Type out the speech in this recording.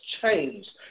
changed